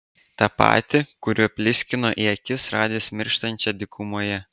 tą patį kuriuo pliskino į akis radęs mirštančią dykumoje